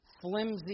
flimsy